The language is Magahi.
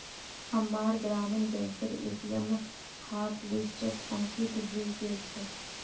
अम्मार ग्रामीण बैंकेर ए.टी.एम हॉटलिस्टत अंकित हइ गेल छेक